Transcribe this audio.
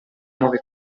nuove